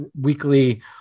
Weekly